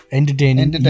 entertaining